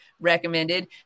recommended